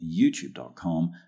youtube.com